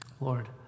Lord